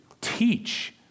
teach